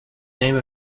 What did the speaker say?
name